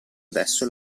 adesso